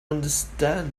understand